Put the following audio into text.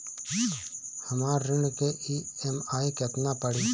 हमर ऋण के ई.एम.आई केतना पड़ी?